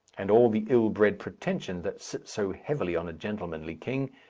and all the ill-bred pretensions that sit so heavily on a gentlemanly king,